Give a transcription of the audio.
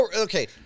Okay